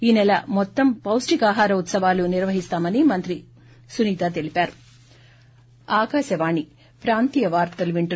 ఈనెల మొత్తం పౌష్టికాహార ఉత్సవాలు నిర్వహిస్తామని మంత్రి సునీత తెలిపారు